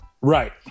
Right